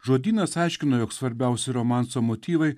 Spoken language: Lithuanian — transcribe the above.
žodynas aiškino jog svarbiausi romanso motyvai